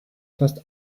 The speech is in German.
fast